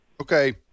Okay